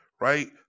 right